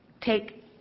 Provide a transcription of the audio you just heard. take